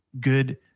good